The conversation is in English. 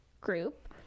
group